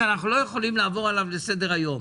שאנחנו לא יכולים לעבור עליו לסדר היום.